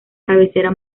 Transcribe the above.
cabecera